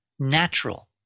Natural